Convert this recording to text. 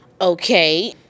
okay